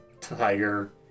tiger